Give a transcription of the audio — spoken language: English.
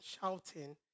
shouting